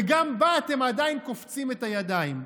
וגם בה אתם עדיין קופצים את הידיים.